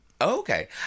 Okay